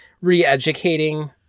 re-educating